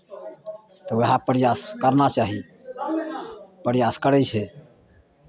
तऽ उएह प्रयास करना चाही प्रयास करै छै